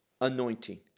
anointing